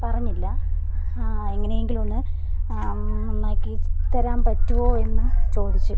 പറഞ്ഞില്ല എങ്ങനെയെങ്കിലുമൊന്ന് നന്നാക്കി തരാം പറ്റുമോ എന്ന് ചോദിച്ച്